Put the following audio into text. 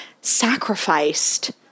sacrificed